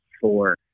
four